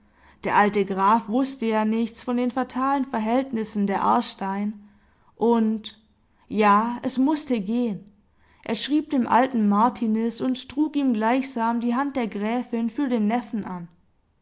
der alte graf wußte ja nichts von den fatalen verhältnissen der aarstein und ja es mußte gehen er schrieb dem alten martiniz und trug ihm gleichsam die hand der gräfin für den neffen an